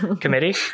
committee